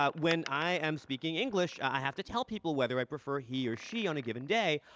ah when i am speaking english, i have to tell people whether i prefer he or she on a given day,